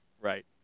right